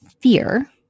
fear